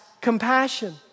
compassion